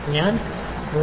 ഞാൻ 3